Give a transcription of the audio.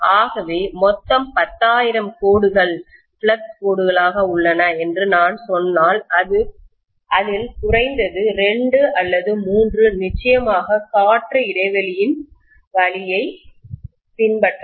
ஆகவே மொத்தம் 10000 கோடுகள் ஃப்ளக்ஸ் கோடுகளாக உள்ளன என்று நான் சொன்னால் அதில் குறைந்தது 2 அல்லது 3 நிச்சயமாக காற்று இடைவெளியின் வழியைப் பின்பற்றலாம்